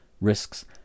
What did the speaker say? risks